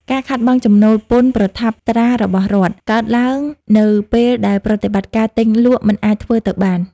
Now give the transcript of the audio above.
ការខាតបង់ចំណូលពន្ធប្រថាប់ត្រារបស់រដ្ឋ កើតឡើងនៅពេលដែលប្រតិបត្តិការទិញលក់មិនអាចធ្វើទៅបាន។